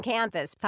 Campus